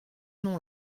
nom